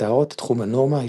ומתארות את תחום הנורמה ההתפתחותי.